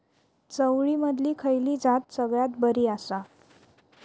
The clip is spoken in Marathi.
चवळीमधली खयली जात सगळ्यात बरी आसा?